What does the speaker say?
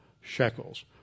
shekels